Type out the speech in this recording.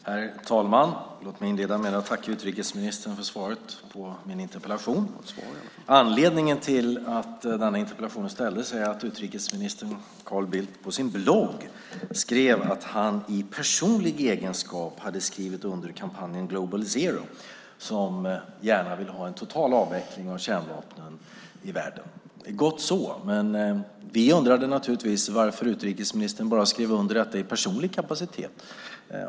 Herr talman! Låt mig inleda med att tacka utrikesministern för svaret på min interpellation. Anledningen till att denna interpellation ställdes var att utrikesminister Carl Bildt på sin blogg skrev att han i personlig egenskap hade skrivit under kampanjen Global Zero, som gärna vill ha en total avveckling av kärnvapnen i världen. Det är gott så, men vi undrade naturligtvis varför utrikesministern bara skrev under detta i personlig kapacitet.